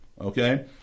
Okay